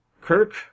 Kirk